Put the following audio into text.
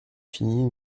finis